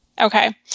Okay